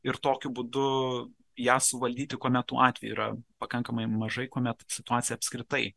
ir tokiu būdu ją suvaldyti kuomet tų atvejų yra pakankamai mažai kuomet situacija apskritai